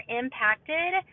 impacted